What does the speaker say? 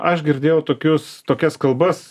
aš girdėjau tokius tokias kalbas